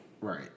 Right